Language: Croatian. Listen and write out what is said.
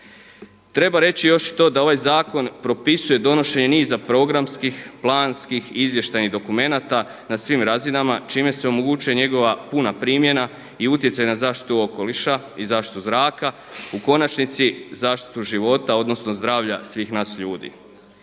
Treba reći još i to da ovaj zakon propisuje donošenje niza programskih, planskih i izvještajnih dokumenata na svim razinama čime se omogućuje njegova puna primjena i utjecaj na zaštitu okoliša i zaštitu zraka, konačnici zaštitu života, odnosno zdravlja svih nas ljudi.